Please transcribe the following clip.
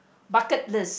bucket list